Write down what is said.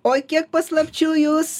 oi kiek paslapčių jūs